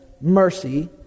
mercy